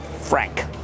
frank